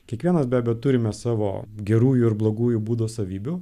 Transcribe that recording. kiekvienas be bet turime savo gerųjų ir blogųjų būdo savybių